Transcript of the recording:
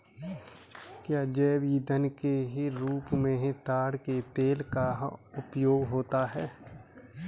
क्या जैव ईंधन के रूप में ताड़ के तेल का उपयोग होता है?